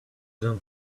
gun